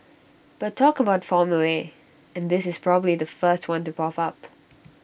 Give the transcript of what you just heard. but talk about formulae and this is probably the first one to pop up